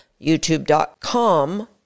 youtube.com